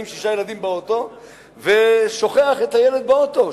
שישה ילדים באוטו ושוכח את הילד באוטו,